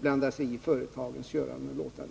blanda sig i företagens göranden och låtanden.